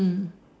mm